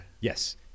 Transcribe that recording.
Yes